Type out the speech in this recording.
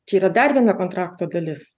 čia yra dar viena kontrakto dalis